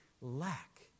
lack